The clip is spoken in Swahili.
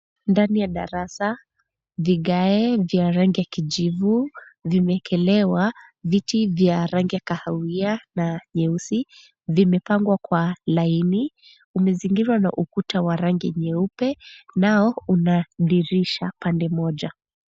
Ndani ya darasa, vigae vya rangi ya kijivu vimeekelewa, viti vya rangi ya kahawia na nyeusi vimepangwa kwa laini. Umezingirwa na ukuta wa rangi nyeupe, nao una dirisha pande moja.